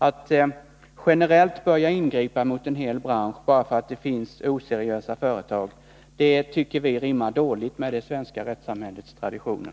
Att generellt börja ingripa mot en hel bransch bara för att det finns oseriösa företag tycker vi rimmar dåligt med det svenska rättssamhällets traditioner.